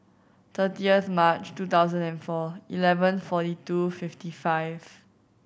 thirtieth March two thousand and four eleven forty two fifty five